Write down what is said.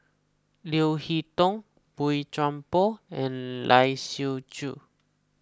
Leo Hee Tong Boey Chuan Poh and Lai Siu Chiu